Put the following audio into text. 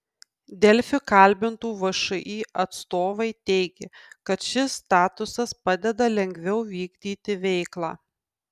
delfi kalbintų všį atstovai teigė kad šis statusas padeda lengviau vykdyti veiklą